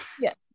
Yes